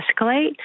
escalate